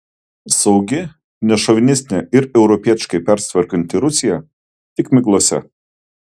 saugi nešovinistinė ir europietiškai persitvarkanti rusija tik miglose